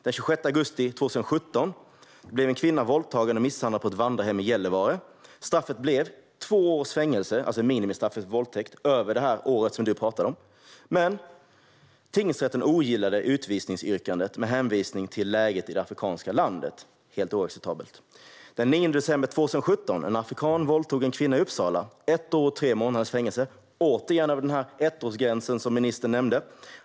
Den 26 augusti 2017 blev en kvinna våldtagen och misshandlad på ett vandrarhem i Gällivare. Straffet blev två års fängelse, alltså minimistraffet för våldtäkt. Det är över gränsen på ett år som ministern talar om. Men tingsrätten ogillade utvisningsyrkandet med hänvisning till läget i det afrikanska landet. Det är helt oacceptabelt. Den 9 december 2017 våldtog en afrikan en kvinna i Uppsala. Han fick ett år och tre månaders fängelse, återigen över ettårsgränsen som ministern nämnde.